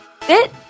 FIT